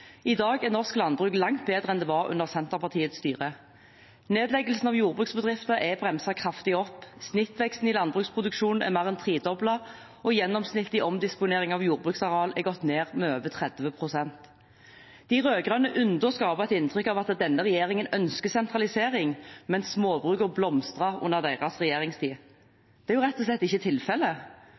I dag er norsk landbruk langt bedre enn det var under Senterpartiets styre. Nedleggelsen av jordbruksbedrifter er bremset kraftig opp, snittveksten i landbruksproduksjonen er mer enn tredoblet, og gjennomsnittlig omdisponering av jordbruksareal er gått ned med over 30 pst. De rød-grønne ynder å skape et inntrykk av at denne regjeringen ønsker sentralisering, mens småbrukene blomstret under deres regjeringstid. Det er jo rett og slett ikke tilfellet.